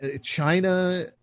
China